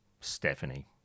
Stephanie